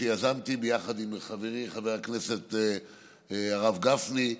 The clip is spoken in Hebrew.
שיזמתי יחד עם חברי חבר הכנסת הרב גפני,